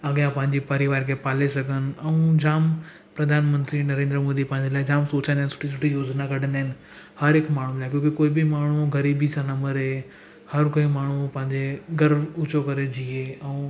अॻियां पंहिंजी परिवार खे पाले सघनि ऐं जाम प्रधानमंत्री नरेंद्र मोदी पंहिंजे लाइ जाम सोचनि ऐं सुठी सुठी योजिना कढंदा आहिनि हर हिक माण्हुनि लाइ क्योंकि कोई बि माण्हू ग़रीबी सां न मरे हर कोई माण्हू पंहिंजे गर्व ऊंचो करे जीए ऐं